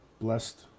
blessed